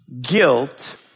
guilt